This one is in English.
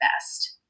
best